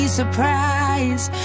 surprise